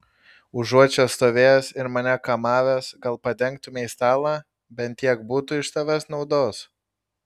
užuot čia stovėjęs ir mane kamavęs gal padengtumei stalą bent tiek būtų iš tavęs naudos